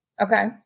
okay